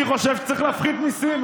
אני חושב שצריך להפחית מיסים.